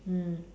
mm